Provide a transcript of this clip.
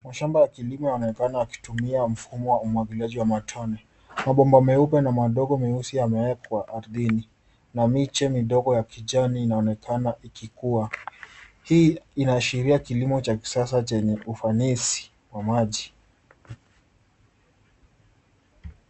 Mashamba ya kilimo yaonekana yakitumia mfumo wa umwagiliaji wa matone. Mabomba meupe na madogo meusi yamewekwa ardhini na miche midogo ya kijani inaonekana ikikua. Hii inaashiria kilimo cha kisasa chenye ufanisi wa maji.